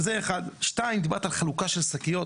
שתיים, חלוקה של שניות.